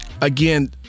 Again